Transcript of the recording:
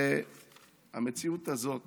המציאות הזאת